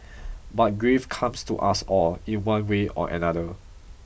but grief comes to us all in one way or another